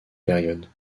période